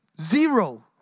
zero